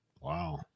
wow